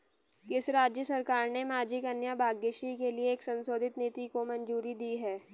किस राज्य सरकार ने माझी कन्या भाग्यश्री के लिए एक संशोधित नीति को मंजूरी दी है?